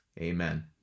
amen